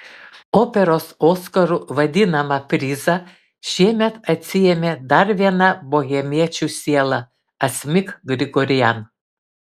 operos oskaru vadinamą prizą šiemet atsiėmė dar viena bohemiečių siela asmik grigorian